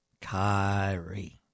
Kyrie